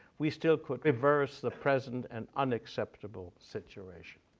we still could reverse the present and unacceptable situation.